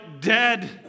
dead